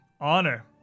honor